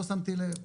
לא שמתי לב,